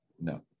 no